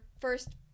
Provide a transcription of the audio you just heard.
first